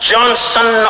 Johnson